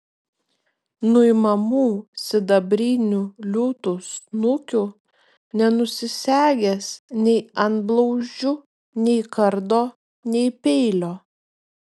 nuimamų sidabrinių liūtų snukių nenusisegęs nei antblauzdžių nei kardo nei peilio